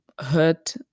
hurt